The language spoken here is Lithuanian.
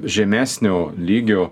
žemesnio lygio